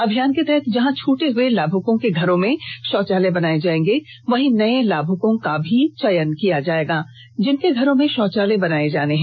अभियान के तहत जहां छूटे हुए लाभुकों के घरों में शौचालय बनाए जाएंगे वहीं नए लाभुकों का चयन किया गया है जिनके घरों में शौचालय बनाया जाना है